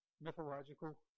mythological